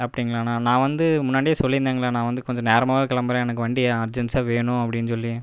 அப்படிங்களாண்ணா நான் வந்து முன்னாடியே சொல்லி இருந்தேங்களே நான் வந்து கொஞ்சம் நேரமாகவே கிளம்புறேன் எனக்கு வண்டி அர்ஜேன்ஸா வேணும் அப்படின்னு சொல்லி